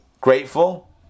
grateful